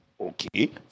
Okay